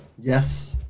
Yes